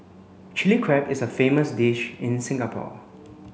Chilli Crab is a famous dish in Singapore